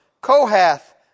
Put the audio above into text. Kohath